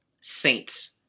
saints